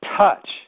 touch